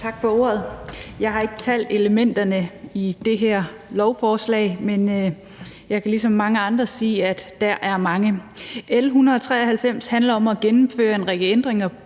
Tak for ordet. Jeg har ikke talt elementerne i det her lovforslag, men jeg kan ligesom mange andre sige, at der er mange. L 193 handler om at gennemføre en række ændringer